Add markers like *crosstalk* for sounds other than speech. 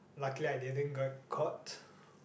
luckily I didn't got caught *breath*